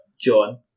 John